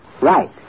Right